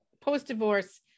post-divorce